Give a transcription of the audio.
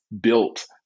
built